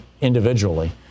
individually